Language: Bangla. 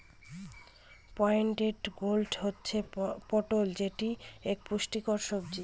পয়েন্টেড গোর্ড হচ্ছে পটল যেটি এক পুষ্টিকর সবজি